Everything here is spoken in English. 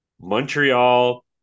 Montreal